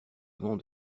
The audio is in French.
vent